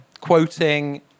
quoting